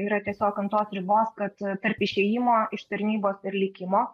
yra tiesiog ant tos ribos kad tarp išėjimo iš tarnybos ir likimo